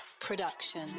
production